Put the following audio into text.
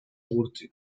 igurtzi